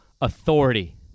authority